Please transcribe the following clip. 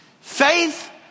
faith